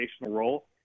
role